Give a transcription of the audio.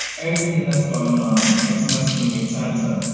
everything that's going on. text messaging, etc.